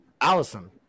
Allison